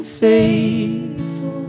faithful